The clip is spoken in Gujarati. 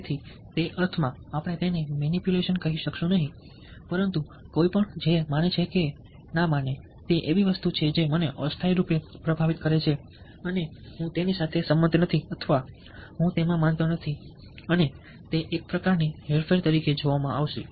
તેથી તે અર્થમાં આપણે તેને મેનીપ્યુલેશન કહીશું નહીં પરંતુ કોઈપણ જે માને છે કે ના માને તે એવી વસ્તુ છે જે મને અસ્થાયી રૂપે પ્રભાવિત કરે છે અને હું તેની સાથે સંમત નથી અથવા હું તેમાં માનતો નથી અને તે એક પ્રકારની હેરફેર તરીકે જોવામાં આવશે